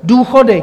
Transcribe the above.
Důchody.